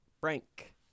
Frank